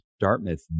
Dartmouth